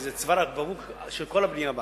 וזה צוואר הבקבוק של כל הבנייה בארץ.